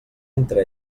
entre